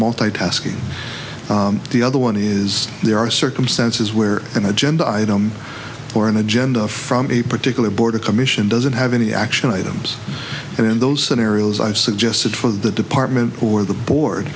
multitasking the other one is there are circumstances where an agenda item or an agenda from a particular board a commission doesn't have any action items and in those scenarios i've suggested for the department or the board